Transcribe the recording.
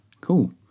cool